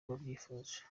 babyifuje